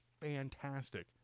fantastic